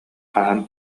хаһан